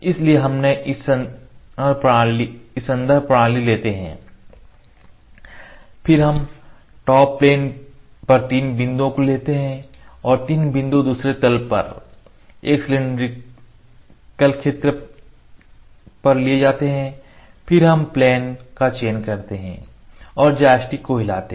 इसलिए पहले हम संदर्भ प्रणाली लेते हैं फिर हम टॉप प्लेन पर तीन बिंदुओं को लेते हैं और तीन बिंदु दूसरे तल पर एक सिलैंडरिकल क्षेत्र पर लिए जाते हैं फिर हम प्लेन का चयन करते हैं और जॉयस्टिक को हिलाते हैं